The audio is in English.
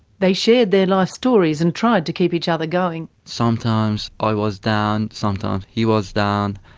they shared their life stories, and tried to keep each other going. sometimes i was down, sometimes he was down,